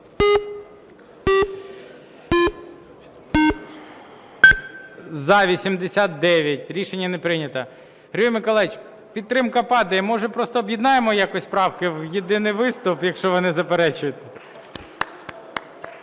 За-89 Рішення не прийнято. Григорій Миколайович, підтримка падає. Може, просто об'єднаємо якось правки в єдиний виступ, якщо ви не заперечуєте?